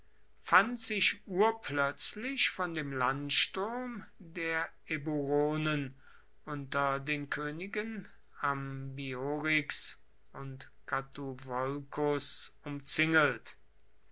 fand sich urplötzlich von dem landsturm der eburonen unter den königen ambiorix und catuvolcus umzingelt